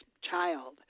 child